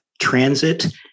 transit